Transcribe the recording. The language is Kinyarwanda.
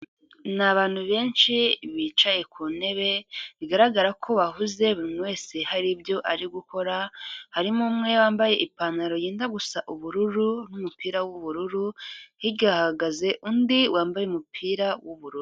Ni abantu benshi bicaye ku ntebe, bigaragara ko bahuze burimuntu wese hari ibyo ari gukora, harimo umwe wambaye ipantaro yenda gusa ubururu n'umupira w'ubururu, hirya gahagaze undi wambaye umupira w'ubururu.